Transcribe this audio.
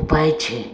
उपाय छे?